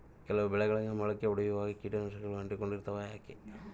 ಕೆಲವು ಬೆಳೆಗಳಿಗೆ ಮೊಳಕೆ ಒಡಿಯುವಾಗ ಕೇಟನಾಶಕಗಳು ಅಂಟಿಕೊಂಡು ಇರ್ತವ ಯಾಕೆ?